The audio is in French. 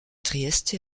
trieste